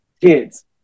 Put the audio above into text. kids